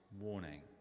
warning